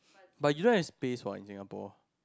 but you don't have space what in Singapore